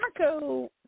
Marco